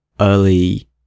early